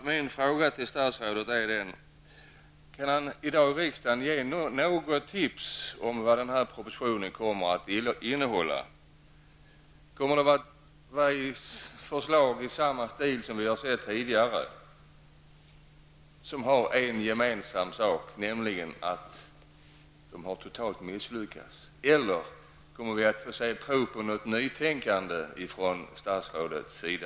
Min fråga till statsrådet är: Kan statsrådet i dag ge något tips om vad propositionen kommer att innehålla? Kommer den att innehålla förslag i samma stil som vi har sett tidigare och som har en gemensam sak, nämligen att man totalt har misslyckats, eller kommer vi att få se prov på nytänkande från statsrådets sida?